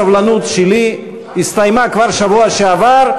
הסבלנות שלי הסתיימה כבר בשבוע שעבר.